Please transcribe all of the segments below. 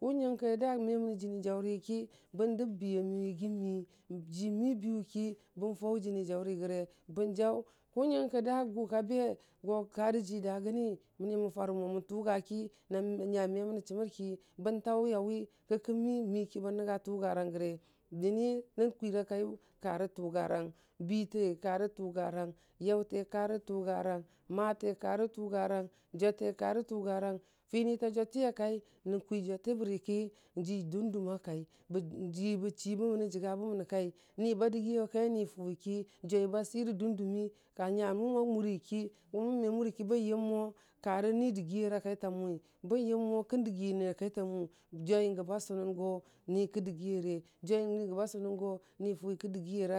Kʊ nyənke da me mənən jənijauri ka bən dəlo biyn miyu yəgi mi ji mi biyʊ ki bən faʊ jənijarrəye bən jaʊ kʊ nyənke dʊ gʊku be go karə ji da gəni mən məfarə mo mən tʊgaki na me məni chəmərki bən taʊ yawi ki kən mi ki kən nənga tʊgaranrəye jəni nən kwira kayʊ karə tʊga rang bite karə ngurung yautekarə tʊgarang mate ka rətʊyurang jwate karə tʊgarun finita jwaiti a kei nən kwi jwutə bərəki ji dmdumong a kai ji bəchi nubə jəga bəmən kai ni ba dəgiye wa kayʊ ni fʊwi ki jwai ba si dʊndʊmong, ka nyu mʊwa mʊri ki ko mə me mʊri ki bən yəm mo karə ni dəgəyera kai ta mʊwi bən yəm mo kən dəyiyenə na kai tamʊ jwai gəba sʊnʊngo ni kə dəgiyere, jwai gəba sʊnʊngo ni fʊwi kʊ dəgiyere,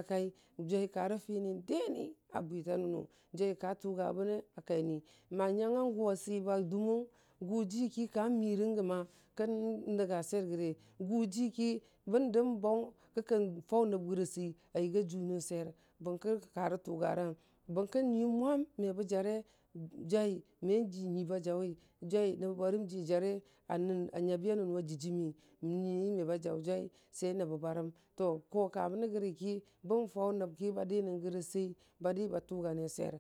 jwai karə fini deni a bwita nənu, jwaka tʊga bəne a kai ni ma nyanga a gʊ a siba dʊmong gə jiki ka mire ki kən nənga swer rəge, gʊ ji bə dəmən baʊ ki kən faʊ nəb rəyə a səi n yəgu jʊnən swer bərne karə tʊganrang, bʊrkə nyim mwam mə bə jarə, jwu, maji nyu bajauwi jwa nəbə barəmji jare a nən a nyubi a nənu a dəjimi nyi me ba jaʊ jwai sai nəbəbarəm to ko ka mənə gəri ki bən fara nəb ki ba dinəngəra səi ba diba tʊgane swer,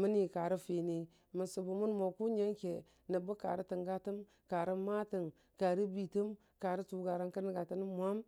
məni karə fini mən sʊgʊmən mo ka nyənke nəbə kurə təngatəang, karə matəng, karə bitəng karə tʊgarang kə nənga təna nəb mwam.